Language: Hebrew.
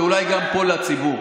ואולי גם פה לציבור.